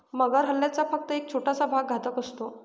मगर हल्ल्याचा फक्त एक छोटासा भाग घातक असतो